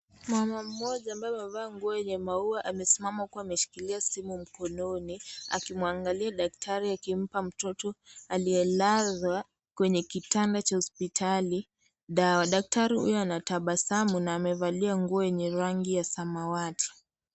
Mama mmoja, ambaye amevaa nguo yenye maua amesimama huku ameshika simu mkononi, akimwangalia daktari akimpa mtoto aliyelazwa kwenye kitanda cha hospitali dawa. Daktari huyo, anatabasamu na amevalia nguo yenye rangi ya samawati.